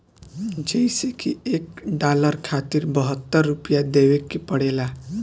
जइसे की एक डालर खातिर बहत्तर रूपया देवे के पड़ेला